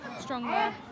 stronger